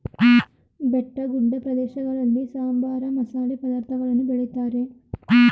ಬೆಟ್ಟಗುಡ್ಡ ಪ್ರದೇಶಗಳಲ್ಲಿ ಸಾಂಬಾರ, ಮಸಾಲೆ ಪದಾರ್ಥಗಳನ್ನು ಬೆಳಿತಾರೆ